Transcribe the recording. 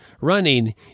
running